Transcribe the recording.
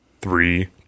Three